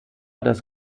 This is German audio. das